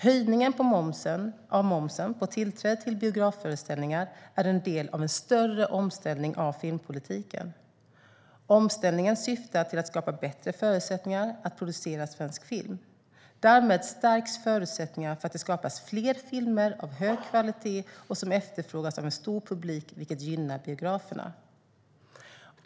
Höjningen av momsen på tillträde till biografföreställningar är en del av en större omställning av filmpolitiken. Omställningen syftar till att skapa bättre förutsättningar att producera svensk film. Därmed stärks förutsättningarna för att det skapas fler filmer av hög kvalitet och som efterfrågas av en stor publik, vilket gynnar biograferna.